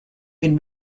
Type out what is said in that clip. been